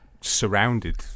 surrounded